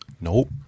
Nope